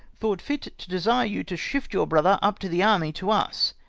thought fit to desire you to shift your brother up to the army to us,